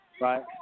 Right